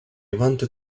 wanted